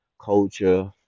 culture